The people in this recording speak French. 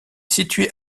située